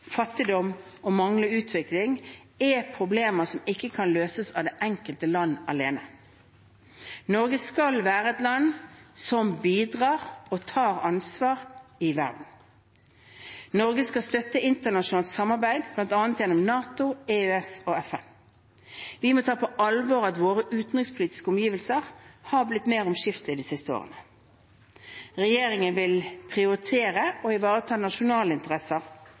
fattigdom og manglende utvikling er problemer som ikke kan løses av det enkelte land alene. Norge skal være et land som bidrar og tar ansvar i verden. Norge skal støtte internasjonalt samarbeid, bl.a. gjennom NATO, EØS og FN. Vi må ta på alvor at våre utenrikspolitiske omgivelser har blitt mer omskiftelige de siste årene. Regjeringen vil prioritere å ivareta nasjonale interesser,